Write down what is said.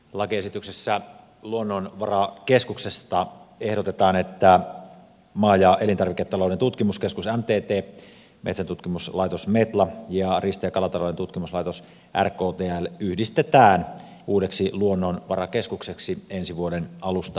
lakiesityksessä luonnonvarakeskuksesta ehdotetaan että maa ja elintarviketalouden tutkimuskeskus mtt metsäntutkimuslaitos metla ja riista ja kalatalouden tutkimuslaitos rktl yhdistetään uudeksi luonnonvarakeskukseksi ensi vuoden alusta alkaen